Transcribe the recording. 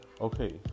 Okay